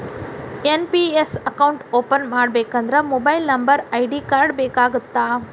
NPS account open ಮಾಡಬೇಕಂದ್ರ mobile number ID card ಬೇಕಾಗತ್ತಾ?